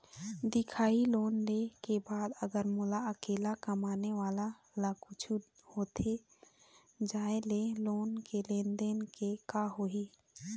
दिखाही लोन ले के बाद अगर मोला अकेला कमाने वाला ला कुछू होथे जाय ले लोन के लेनदेन के का होही?